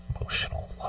Emotional